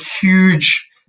huge